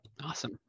Awesome